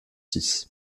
six